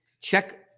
Check